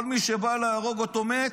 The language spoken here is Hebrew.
כל מי שבא להרוג אותו מת,